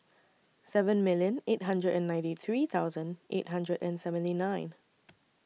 seven million eight hundred and ninety three thousand eight hundred and seventy nine